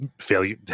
failure